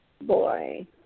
boy